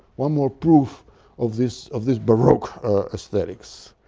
one more proof of this of this baroque aesthetics.